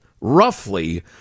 roughly